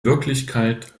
wirklichkeit